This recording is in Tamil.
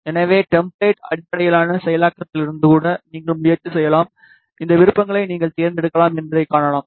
எனவே டெம்ப்ளேட் அடிப்படையிலான செயலாக்கத்திலிருந்து கூட நீங்கள் முயற்சி செய்யலாம் இந்த விருப்பங்களை நீங்கள் தேர்ந்தெடுக்கலாம் என்பதைக் காணலாம்